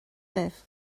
libh